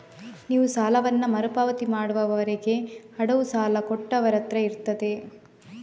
ನೀವು ಸಾಲವನ್ನ ಮರು ಪಾವತಿ ಮಾಡುವವರೆಗೆ ಅಡವು ಸಾಲ ಕೊಟ್ಟವರತ್ರ ಇರ್ತದೆ